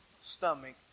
stomach